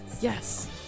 Yes